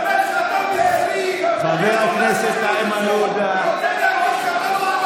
חבר הכנסת איימן עודה.